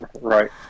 right